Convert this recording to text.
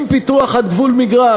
עם פיתוח עד גבול מגרש,